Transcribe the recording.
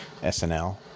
SNL